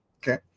Okay